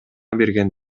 берген